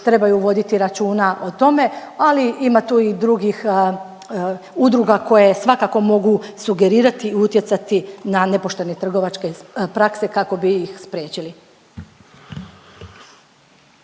trebaju voditi računa o tome, ali ima tu i drugih udruga koje svakako mogu sugerirati i utjecati na nepoštene trgovačke prakse kako bi ih spriječili.